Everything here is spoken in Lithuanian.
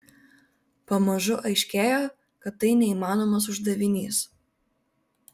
pamažu aiškėjo kad tai neįmanomas uždavinys